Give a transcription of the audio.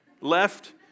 left